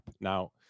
Now